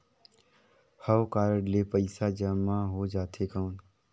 हव कारड ले पइसा जमा हो जाथे कौन?